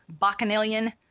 bacchanalian